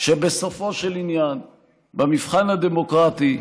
שבסופו של עניין במבחן הדמוקרטי,